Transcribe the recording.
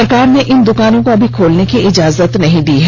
सरकार ने इन द्कानों को अभी खोलने की इजाजत नहीं दी है